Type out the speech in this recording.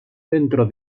centro